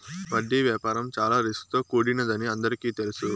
వడ్డీ వ్యాపారం చాలా రిస్క్ తో కూడినదని అందరికీ తెలుసు